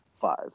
five